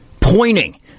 pointing